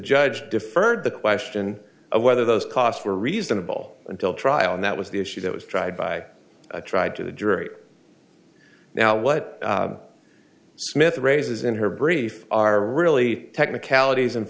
judge deferred the question of whether those costs were reasonable until trial and that was the issue that was tried by tried to the jury now what smith raises in her brief are really technicalities and